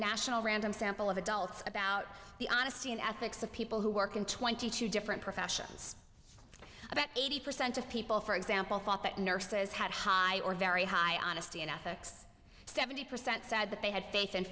national random sample of adults about the honesty and ethics of people who work in twenty two different professions about eighty percent of people for example thought that nurses had high or very high honesty and ethics seventy percent said that they had faith in